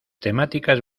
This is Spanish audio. temáticas